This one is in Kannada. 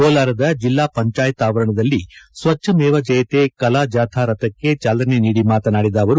ಕೋಲಾರದ ಜಿಲ್ಲಾ ಪಂಚಾಯತ್ ಅವರಣದಲ್ಲಿ ಸ್ವಚ್ದ ಮೇವ ಜಯತೆ ಕಲಾ ಜಾಥಾ ರಥಕ್ಕೆ ಚಾಲನೆ ನೀಡಿ ಮಾತನಾಡಿದ ಅವರು